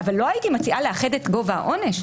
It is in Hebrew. אבל לא הייתי מציעה לאחד את גובה העונש.